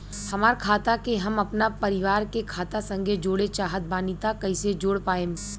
हमार खाता के हम अपना परिवार के खाता संगे जोड़े चाहत बानी त कईसे जोड़ पाएम?